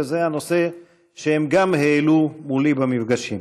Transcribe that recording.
וזה הנושא שגם הן העלו מולי במפגשים.